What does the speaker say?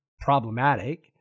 problematic